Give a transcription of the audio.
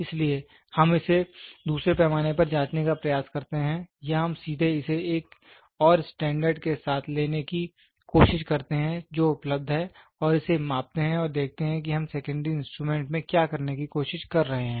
इसलिए हम इसे दूसरे पैमाने पर जाँचने का प्रयास करते हैं या हम सीधे इसे एक और स्टैंडर्ड के साथ लेने की कोशिश करते हैं जो उपलब्ध है और इसे मापते हैं और देखते हैं कि हम सेकेंड्री इंस्ट्रूमेंट में क्या करने की कोशिश कर रहे हैं